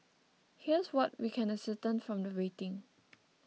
here's what we can ascertain from the rating